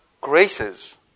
graces